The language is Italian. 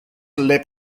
les